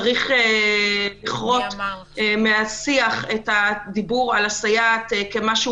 צריך לכרות מהשיח את הדיבור על הסייעת כמשהו